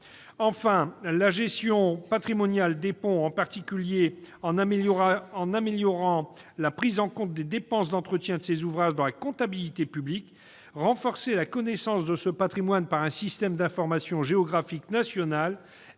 la gestion patrimoniale des ponts, en particulier en améliorant la prise en compte des dépenses d'entretien de ces ouvrages dans la comptabilité publique, en renforçant la connaissance de ce patrimoine par un système d'information géographique national